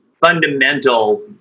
fundamental